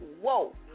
whoa